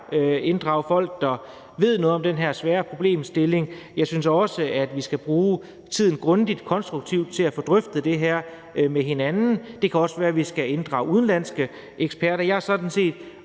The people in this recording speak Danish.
inddrage folk, der ved noget om den her svære problemstilling. Jeg synes også, at vi skal bruge tiden grundigt, konstruktivt til at få drøftet det her med hinanden. Det kan også være, at vi skal inddrage udenlandske eksperter. Jeg er sådan set